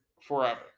forever